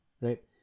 right